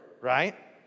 right